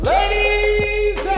Ladies